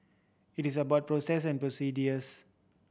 it is about process and procedures